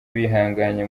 bihanganye